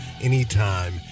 anytime